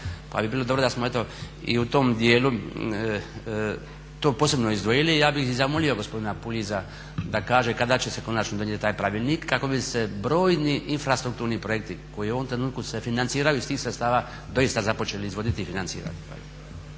pa bi bilo dobro da smo eto i u tom djelu to posebno izdvojili. Ja bi i zamolio gospodina Puljiza da kaže kada će se konačno donijeti taj pravilnik kako bi se brojni infrastrukturni projekti koji u ovom trenutku se financiraju iz tih sredstava doista započeli izvoditi i financirati.